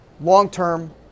long-term